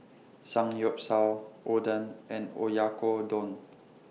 Samgyeopsal Oden and Oyakodon